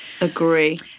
Agree